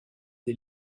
des